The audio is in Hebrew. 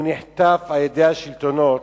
נחטף על ידי השלטון,